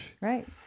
Right